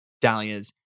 dahlias